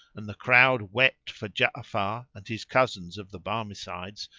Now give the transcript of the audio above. and the crowd wept for ja'afar and his cousins of the barmecides,